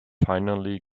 finally